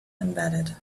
embedded